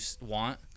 want